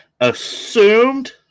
assumed